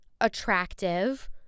attractive